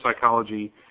psychology